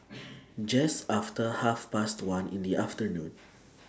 Just after Half Past one in The afternoon